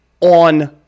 on